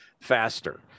faster